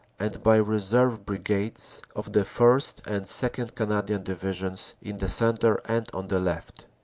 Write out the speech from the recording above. and by reserve brigades of the first and second. canadian divisions in the centre and on the left.